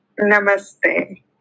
Namaste